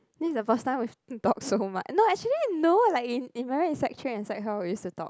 this is the first time we talk so much no actually no like in in session is like how we used to talk